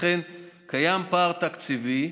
לכן, קיים פער תקציבי,